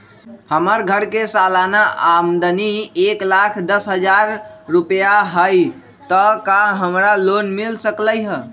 हमर घर के सालाना आमदनी एक लाख दस हजार रुपैया हाई त का हमरा लोन मिल सकलई ह?